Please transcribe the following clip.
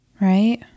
Right